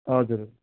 हजुर